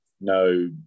no